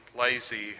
lazy